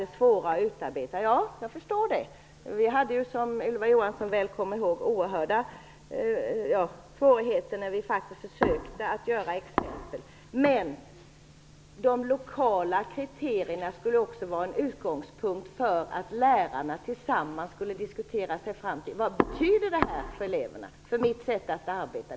Jag förstår att det är svårigheter. Vi hade ju, som Ylva Johansson väl kommer ihåg, oerhörda svårigheter när vi försökte finna exempel. Men de lokala kriterierna skulle också vara en utgångspunkt för att lärarna tillsammans skulle diskutera sig fram till vad de skulle betyda för eleverna och för lärarnas sätt att arbeta.